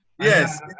Yes